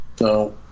no